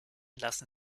lassen